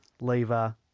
Lever